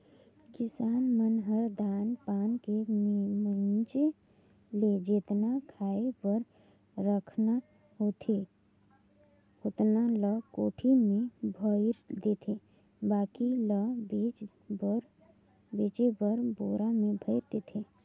किसान मन ह धान पान के मिंजे ले जेतना खाय बर रखना होथे ओतना ल कोठी में भयर देथे बाकी ल बेचे बर बोरा में भयर देथे